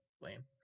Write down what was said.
lame